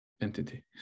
entity